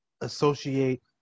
associate